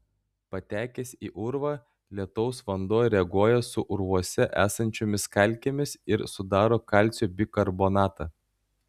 patekęs į urvą lietaus vanduo reaguoja su urvuose esančiomis kalkėmis ir sudaro kalcio bikarbonatą